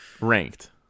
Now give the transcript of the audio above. ranked